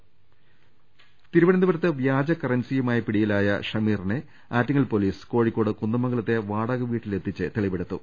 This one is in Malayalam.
രദേവ്ട്ട്ട്ട്ട്ട്ട്ട തിരുവനന്തപുരത്ത് വ്യാജകറൻസിയുമായി പിടിയിലായ ഷമീറിനെ ആറ്റി ങ്ങൽ പൊലീസ് കോഴിക്കോട് കുന്ദമംഗലത്തെ വാടക വീട്ടിലെത്തിച്ച് തെളി വെടുത്തു